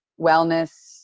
wellness